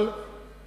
אבל גם